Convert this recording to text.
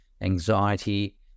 anxiety